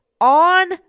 on